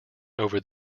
over